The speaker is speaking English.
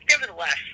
Nevertheless